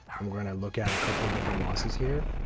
and we're going to look at a couple of different losses here